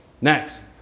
Next